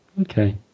okay